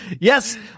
Yes